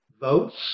votes